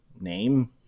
name